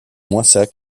moissac